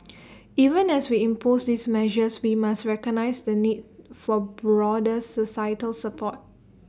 even as we improve these measures we must recognise the need for broader societal support